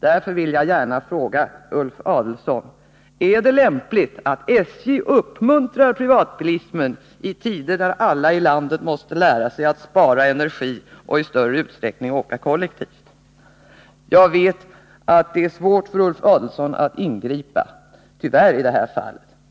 Därför vill jag gärna fråga Ulf Adelsohn: Är det lämpligt att SJ uppmuntrar privatbilismen i tider när alla i landet måste lära sig att spara energi och i större utsträckning åka kollektivt? Jag vet att det är svårt för Ulf Adelsohn att ingripa — tyvärr, i det här fallet.